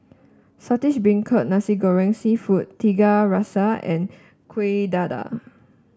Saltish Beancurd Nasi Goreng seafood Tiga Rasa and Kuih Dadar